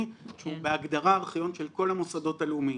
שהוא בהגדרה ארכיון של כל המוסדות הלאומיים,